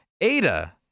ada